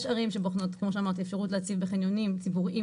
יש ערים שבוחנות אפשרות להציב בחניונים ציבוריים